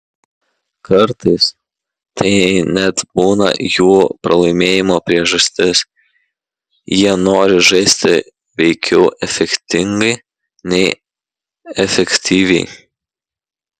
kartais tai net būna jų pralaimėjimo priežastis jie nori žaisti veikiau efektingai nei efektyviai